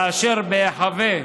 כאשר בהיחבא,